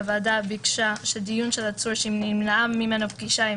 הוועדה ביקשה שדיון של עצור שנמנעה ממנו פגישה עם